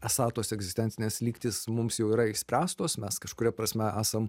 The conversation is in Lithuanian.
esą tos egzistencinės lygtys mums jau yra išspręstos mes kažkuria prasme esam